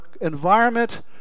environment